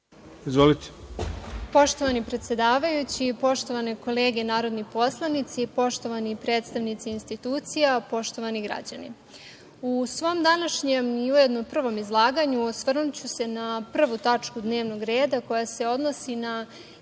Nikolić** Poštovani predsedavajući, poštovane kolege narodni poslanici, poštovani predstavnici institucija, poštovani građani, u svom današnjem i ujedno prvom izlaganju osvrnuću se na prvu tačku dnevnog reda koja se odnosi na izveštaj